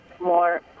more